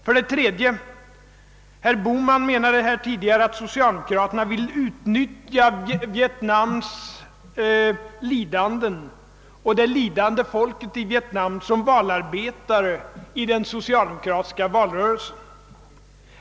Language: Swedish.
För det tredje: Herr Bohman menade att socialdemokraterna vill utnyttja det lidande folket i Vietnam som valarbetare i den socialdemokratiska valrörelsen.